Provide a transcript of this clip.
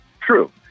True